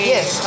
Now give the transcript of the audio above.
Yes